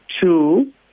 Two